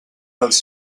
els